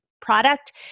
product